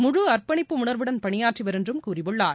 முழு அப்பணிப்பு உணா்வுடன் பணியாற்றிவர் என்றும் கூறியுள்ளார்